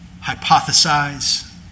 hypothesize